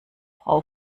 frau